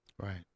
Right